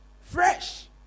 fresh